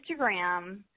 Instagram